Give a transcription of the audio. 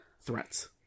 threats